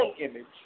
image